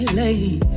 late